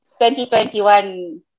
2021